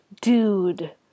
dude